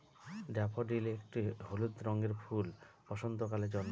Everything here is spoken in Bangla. ড্যাফোডিল একটি হলুদ রঙের ফুল বসন্তকালে জন্মায়